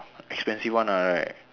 expensive one ah like